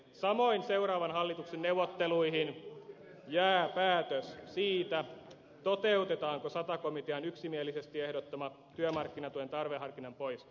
samoin seuraavan hallituksen neuvotteluihin jää päätös siitä toteutetaanko sata komitean yksimielisesti ehdottama työmarkkinatuen tarveharkinnan poisto